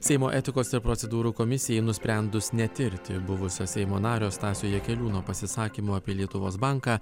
seimo etikos ir procedūrų komisijai nusprendus netirti buvusio seimo nario stasio jakeliūno pasisakymų apie lietuvos banką